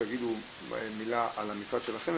שתגידו מילה על המשרד שלכם,